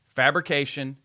fabrication